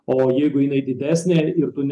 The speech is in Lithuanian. o jeigu jinai didesnė ir tu ne